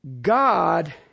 God